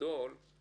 גדול בנושא הזה.